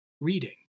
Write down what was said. reading